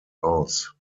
aus